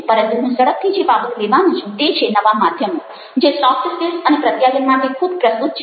પરંતુ હું ઝડપથી જે બાબત લેવાનો છું તે છે નવા માધ્યમો જે સોફ્ટ સ્કિલ્સ અને પ્રત્યાયન માટે ખૂબ પ્રસ્તુત છે